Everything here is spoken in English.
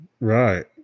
Right